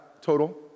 total